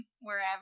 wherever